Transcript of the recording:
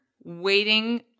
Waiting